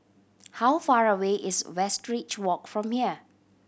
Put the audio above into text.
how far away is Westridge Walk from here